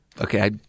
Okay